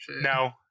No